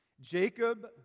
Jacob